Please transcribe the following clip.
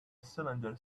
cylinder